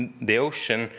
the ocean,